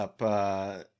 up